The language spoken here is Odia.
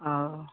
ହଁ